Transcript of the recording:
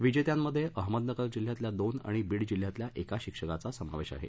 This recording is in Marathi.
विजेत्यांमध्ये अहमदनगर जिल्ह्यातल्या दोन आणि बीड जिल्ह्यातल्या एका शिक्षकाचा समावेश आहे